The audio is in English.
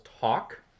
talk